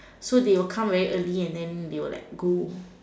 so they will come very early and then they will like go